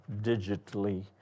digitally